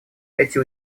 эти